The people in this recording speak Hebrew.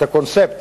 את הקונספט